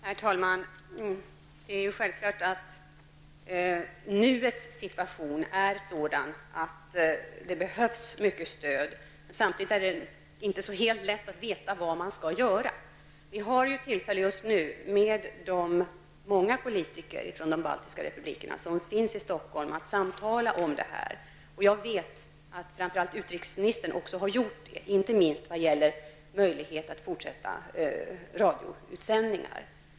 Herr talman! Självfallet innebär den nu rådande situationen att det behövs mycket stöd. Men det är samtidigt inte så helt lätt att veta vad man skall göra. Regeringen har just nu tillfälle att samtala om detta med de många politiker från de baltiska republikerna som nu finns i Stockholm. Jag vet att framför allt utrikesministern också har gjort detta, inte minst vad beträffar möjligheten att fortsätta radiosändningar.